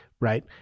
Right